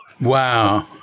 Wow